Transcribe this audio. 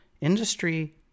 industry